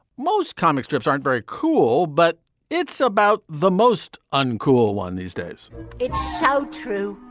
most comic strips aren't very cool, but it's about the most uncool one these days it's so true.